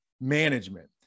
management